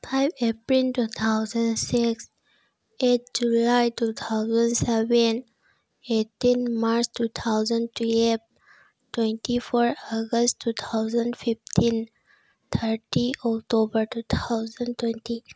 five April two thousand six eight July two thousand seven eighteen March two thousand twelve twenty four August two thousand fifteen thirty October two thousand twenty